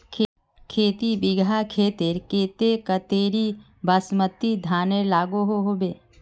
खेती बिगहा खेतेर केते कतेरी बासमती धानेर लागोहो होबे?